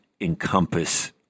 encompass